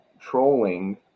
trolling